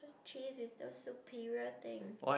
cheese is too superior thing